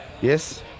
Yes